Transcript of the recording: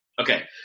Okay